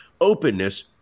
openness